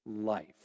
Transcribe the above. life